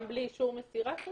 גם בלי אישור מסירה?